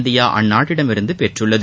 India அந்நாட்டிடம் இருந்து பெற்றுள்ளது